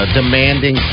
demanding